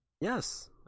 Yes